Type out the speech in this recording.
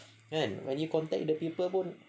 kan contact the people pun